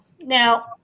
Now